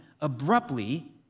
abruptly